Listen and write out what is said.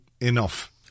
enough